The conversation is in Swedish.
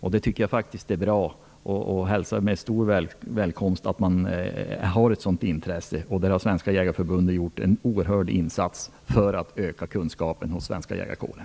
Jag tycker att detta är bra, och jag välkomnar verkligen det intresset. Svenska jägareförbundet har gjort en oerhörd insats för att öka kunskapen hos den svenska jägarkåren.